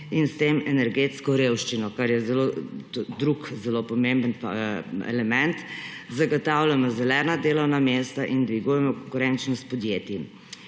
in s tem energetsko revščino, kar je drugi zelo pomemben element, zagotavljamo zelena delovna mesta in dvigujemo konkurenčnost podjetij.